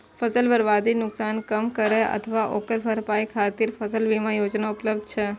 फसल बर्बादी के नुकसान कम करै अथवा ओकर भरपाई खातिर फसल बीमा योजना उपलब्ध छै